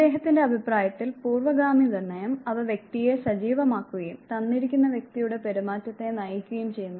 അദ്ദേഹത്തിന്റെ അഭിപ്രായത്തിൽ പൂർവ്വഗാമി നിർണ്ണയം അവ വ്യക്തിയെ സജീവമാക്കുകയും തന്നിരിക്കുന്ന വ്യക്തിയുടെ പെരുമാറ്റത്തെ നയിക്കുകയും ചെയ്യുന്നു